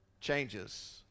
changes